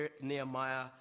Nehemiah